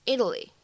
Italy